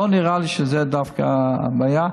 לא נראה לי שזו דווקא הבעיה,